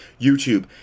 youtube